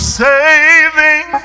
saving